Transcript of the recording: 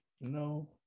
no